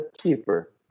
cheaper